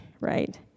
right